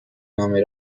نامه